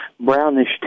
brownish